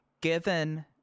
given